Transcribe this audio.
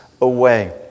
away